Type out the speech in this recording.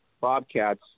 Bobcats